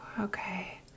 Okay